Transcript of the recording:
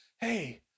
hey